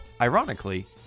ironically